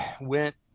went